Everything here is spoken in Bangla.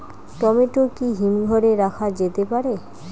টমেটো কি হিমঘর এ রাখা যেতে পারে?